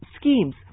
schemes